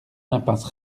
impasse